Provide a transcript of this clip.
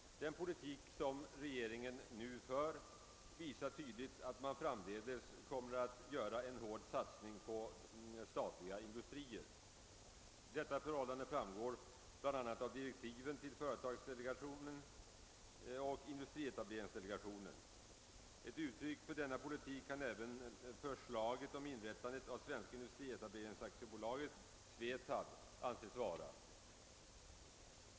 Den politik som regeringen nu för visar tydligt att man framdeles kommer att göra en hård satsning på statliga industrier. Detta framgår bl.a. av direktiven till företagsdelegationen och industrietableringsdelegationen. Ett uttryck för denna politik kan även förslaget om inrättande av Svenska industrietableringsaktiebolaget, SVETAB, anses vara.